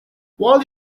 while